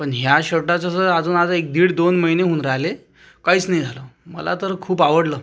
पण ह्या शर्टाचा जर अजून आता एक दीड दोन महिने होऊन राहिले काहीच नाही झालं मला तर खूप आवडलं